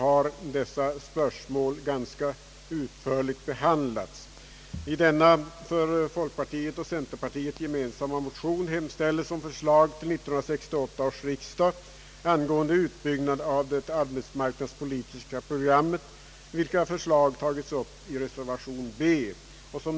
I de för folkpartiet och centerpartiet gemensamma motionerna hemställes om förslag till 1968 års riksdag angående utbyggnad av det arbetsmarknadspolitiska programmet, vilka förslag tagits upp i reservation b vid punkten 5.